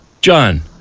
john